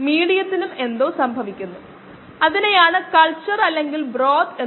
അതിനാൽ എന്താണ് അറിയപ്പെടുന്നത് അല്ലെങ്കിൽ നൽകുന്നത്